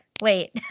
wait